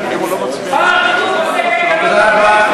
תודה רבה.